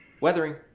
Weathering